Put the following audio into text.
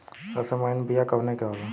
सबसे महीन बिया कवने के होला?